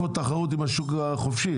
יש פה תחרות עם השוק החופשי.